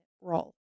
role